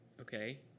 Okay